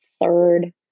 third